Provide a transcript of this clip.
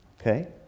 Okay